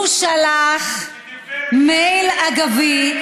הוא שלח מייל אגבי,